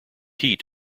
heat